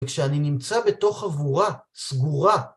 כשאני נמצא בתוך חבורה סגורה